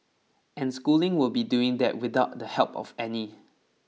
and schooling will be doing that without the help of any